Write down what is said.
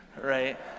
right